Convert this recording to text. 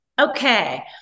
Okay